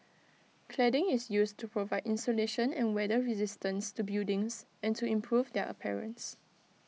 cladding is used to provide insulation and weather resistance to buildings and to improve their appearance